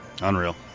Unreal